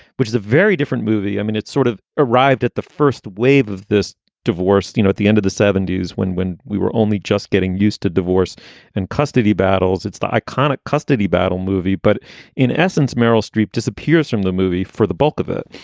which is a very different movie. i mean, it's sort of arrived at the first wave of this divorce. you know, at the end of the seventy s, when when we were only just getting used to divorce and custody battles, it's the iconic custody battle movie. but in essence, meryl streep disappears from the movie for the bulk of it.